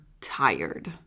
tired